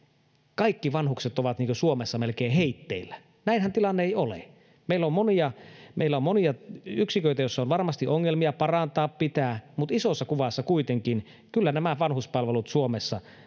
kaikki vanhukset ovat suomessa melkein heitteillä näinhän tilanne ei ole meillä on monia yksiköitä joissa on varmasti ongelmia parantaa pitää mutta isossa kuvassa kuitenkin kyllä nämä vanhuspalvelut suomessa